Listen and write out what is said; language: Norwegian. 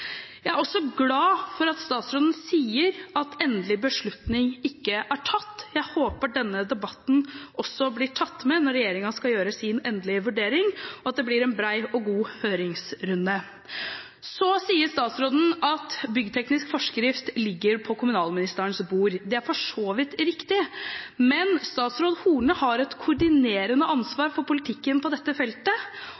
Jeg er også glad for at statsråden sier at endelig beslutning ikke er tatt. Jeg håper denne debatten også blir tatt med når regjeringen skal gjøre sin endelige vurdering, og at det blir en bred og god høringsrunde. Så sier statsråden at byggteknisk forskrift ligger på kommunalministerens bord. Det er for så vidt riktig, men statsråd Horne har et koordinerende